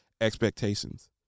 expectations